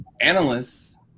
analysts